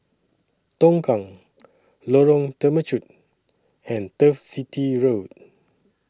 Tongkang Lorong Temechut and Turf City Road